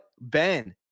Ben